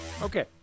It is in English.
Okay